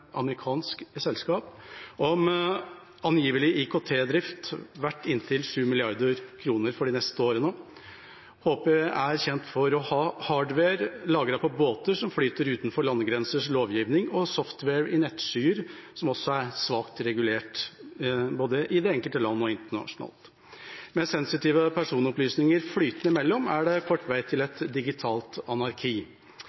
amerikansk selskap, om angivelig IKT-drift verdt inntil 7 mrd. kr for de neste årene. HP er kjent for å ha hardware lagret på båter som flyter utenfor landegrensers lovgivning, og software i nettskyer, som også er svakt regulert både i det enkelte land og internasjonalt. Med sensitive personopplysninger flytende imellom er det kort vei til et